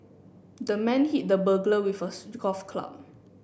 the man hit the burglar with a golf club